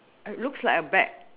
looks like a bag